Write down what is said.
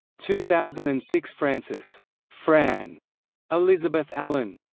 two thousand and six francis fran elizabeth allen